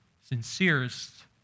sincerest